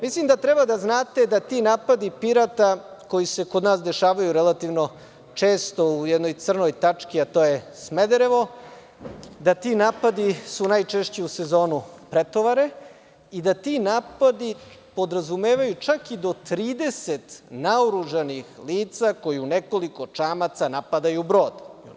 Mislim da treba da znate da ti napadi pirata koji se kod nas dešavaju relativno često u jednoj crnoj tački, a to je Smederevo, da ti napadi su najčešće u sezoni pretovare i da ti napadi podrazumevaju čak i do 30 naoružanih lica koji u nekoliko čamaca napadaju brod.